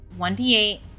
1d8